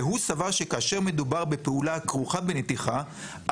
והוא סבר שכאשר מדובר בפעולה הכרוכה בנתיחה,